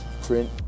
Print